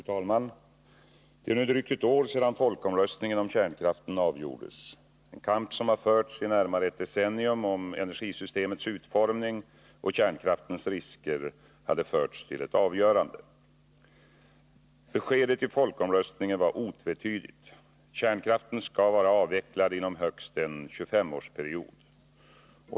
Fru talman! Det är nu drygt ett år sedan folkomröstningen om kärnkraft avgjordes. En kamp som hade pågått i närmare ett decennium om energisystemets utformning och kärnkraftens risker hade förts till ett avgörande. Beskedet i folkomröstningen var otvetydigt. Kärnkraften skall vara avvecklad inom högst en 25-årsperiod.